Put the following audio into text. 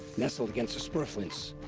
nestled against the spurflints!